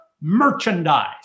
merchandise